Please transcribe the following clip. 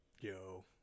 Yo